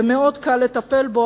ומאוד קל לטפל בו,